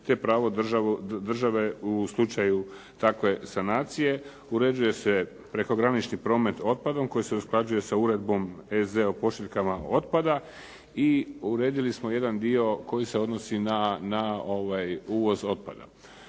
te pravo države u slučaju takve sanacije, uređuje se prekogranični promet otpadom koji se usklađuje s Uredbom EZ o pošiljkama otpada i uredili smo jedan dio koji se odnosi na uvoz otpada